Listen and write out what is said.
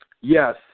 Yes